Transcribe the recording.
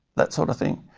that sort of thing.